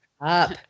up